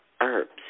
Herbs